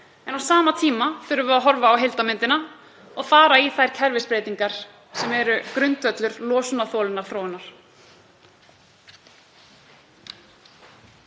En á sama tíma þurfum við að horfa á heildarmyndina og fara í þær kerfisbreytingar sem eru grundvöllur losunarþolsþróunar.